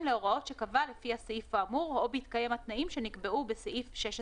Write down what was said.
להוראות שקבע לפי הסעיף האמור או בהתקיים התנאים שנקבעו בסעיף 16(ה),